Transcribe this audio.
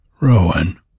Rowan